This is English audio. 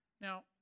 Now